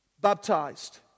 baptized